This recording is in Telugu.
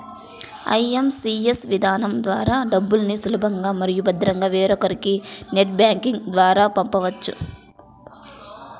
ఐ.ఎం.పీ.ఎస్ విధానం ద్వారా డబ్బుల్ని సులభంగా మరియు భద్రంగా వేరొకరికి నెట్ బ్యాంకింగ్ ద్వారా పంపొచ్చు